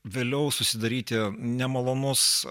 vėliau susidaryti nemalonus